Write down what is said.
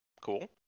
Cool